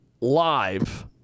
live